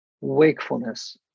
wakefulness